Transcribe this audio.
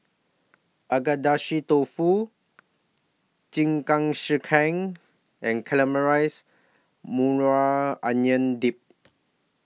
Agedashi Dofu Jingisukan and Caramelized Maui Onion Dip